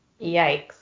Yikes